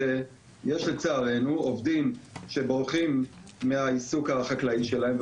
לצערנו יש עובדים שבורחים מהעיסוק החקלאי שלהם,